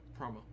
promo